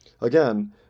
Again